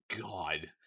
God